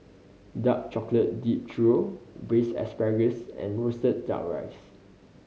dark chocolate dipped churro Braised Asparagus and roasted Duck Rice